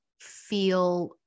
feel